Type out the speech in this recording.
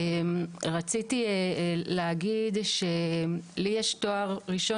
רציתי להגיד שלי יש תואר ראשון,